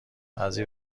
بعضی